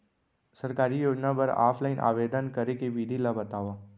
सरकारी योजना बर ऑफलाइन आवेदन करे के विधि ला बतावव